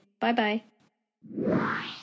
Bye-bye